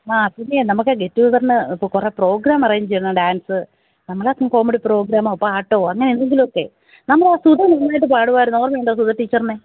ആ പിന്നെ നമ്മള്ക്ക് ഗെറ്റുഗെതറിന് ഇപ്പോള് കുറേ പ്രോഗ്രാം അറേഞ്ച് ചെയ്യണം ഡാൻസ് കോമഡി പ്രോഗ്രാമോ പാട്ടോ അങ്ങനെ എന്തെങ്കിലുമൊക്കെ നമ്മളെ ആ സുധ നന്നായിട്ട് പാടുമായിരുന്നു ഓര്മയുണ്ടോ സുധ ടീച്ചറിനെ